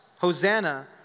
Hosanna